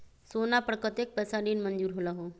सोना पर कतेक पैसा ऋण मंजूर होलहु?